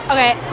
Okay